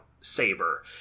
Saber